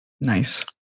Nice